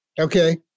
Okay